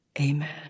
Amen